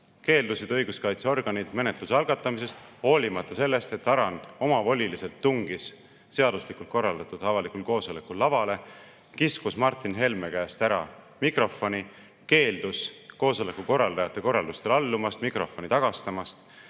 keeldusid õiguskaitseorganid menetluse algatamisest, hoolimata sellest, et Tarand omavoliliselt tungis seaduslikult korraldatud avalikul koosolekul lavale, kiskus Martin Helme käest ära mikrofoni, keeldus koosolekukorraldajate korraldustele allumast, mikrofoni tagastamast.